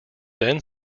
then